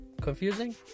Confusing